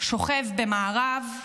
שוכב במארב,